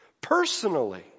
personally